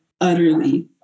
utterly